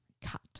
Cut